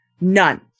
None